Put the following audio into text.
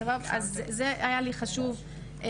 זה היה לי חשוב.